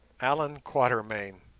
allan quatermain